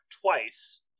twice